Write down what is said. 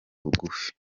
bugufi